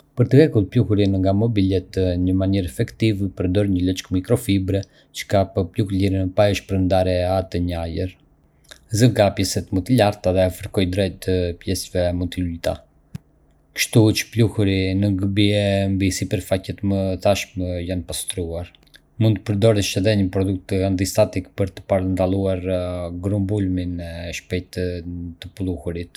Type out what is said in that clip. Për të hequr pluhurin nga mobiljet në mënyrë efektive, përdor një leckë mikrofibre që kap pluhurin pa e shpërndarë atë në ajër. Zë nga pjesët më të larta dhe firkoj drejt pjesëve më të ulëta, kështu që pluhuri nuk bie mbi sipërfaqet që tashmë janë pastruar. Mund të përdorësh edhe një produkt antistatik për të parandaluar grumbullimin e shpejtë të pluhurit.